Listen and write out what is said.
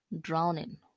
drowning